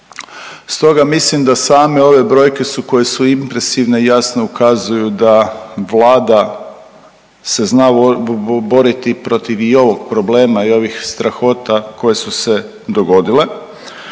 Stoga mislim da same ove brojke koje su impresivne jasno ukazuju da Vlada se zna boriti protiv i ovog problema i ovih strahota koje su se dogodile,